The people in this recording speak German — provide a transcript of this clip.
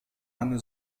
eine